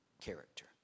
character